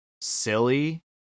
silly